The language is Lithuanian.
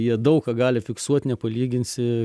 jie daug ką gali fiksuot nepalyginsi